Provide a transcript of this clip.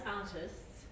artists